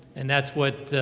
and that's what,